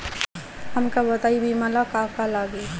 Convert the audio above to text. हमका बताई बीमा ला का का लागी?